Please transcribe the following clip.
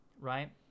right